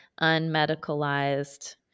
unmedicalized